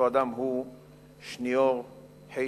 אותו אדם הוא שניאור חשין,